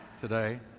today